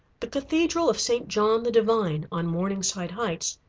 the cathedral of st. john the divine, on morningside heights,